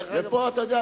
אתה יודע,